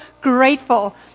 grateful